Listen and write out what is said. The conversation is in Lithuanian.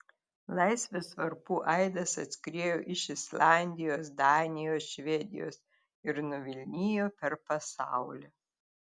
laisvės varpų aidas atskriejo iš islandijos danijos švedijos ir nuvilnijo per pasaulį